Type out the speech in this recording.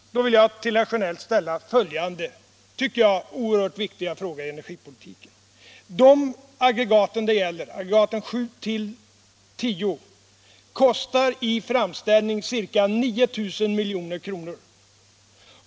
Därför vill jag till herr Sjönell ställa följande som jag tycker oerhört viktiga fråga om energipolitiken: De aktuella aggregaten 7-10 kostar i framställning ca 9 000 milj.kr.